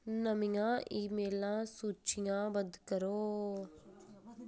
नमियां ईमेलां सूचीबद्ध करो